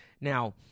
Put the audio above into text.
Now